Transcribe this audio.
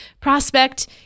prospect